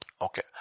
Okay